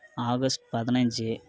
August பதினஞ்சி